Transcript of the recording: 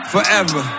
Forever